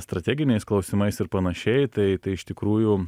strateginiais klausimais ir panašiai tai tai iš tikrųjų